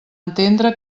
entendre